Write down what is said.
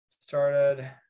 started